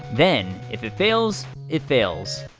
then, if it fails, it fails.